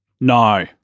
No